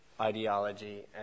ideology